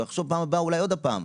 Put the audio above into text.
הוא יחשוב הפעם הבאה עוד פעם.